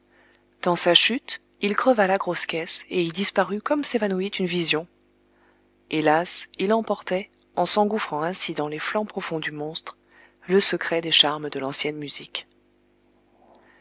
dans sa chute il creva la grosse caisse et y disparut comme s'évanouit une vision hélas il emportait en s'engouffrant ainsi dans les flancs profonds du monstre le secret des charmes de